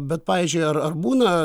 bet pavyzdžiui ar ar būna